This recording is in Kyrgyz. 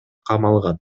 камалган